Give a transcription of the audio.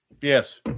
Yes